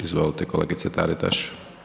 Izvolite kolegice Taritaš.